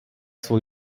svůj